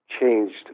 changed